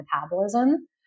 metabolism